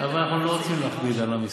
אבל אנחנו לא רוצים להכביד על עם ישראל,